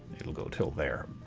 it'll go til there.